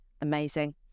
Amazing